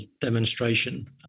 demonstration